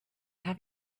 have